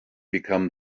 become